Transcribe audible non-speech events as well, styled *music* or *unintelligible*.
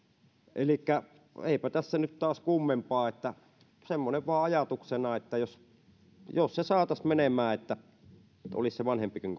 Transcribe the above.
elikkä eipä tässä nyt taas kummempaa että semmoinen vain ajatuksena että jos jos se saataisiin menemään että olisi se vanhempikin *unintelligible*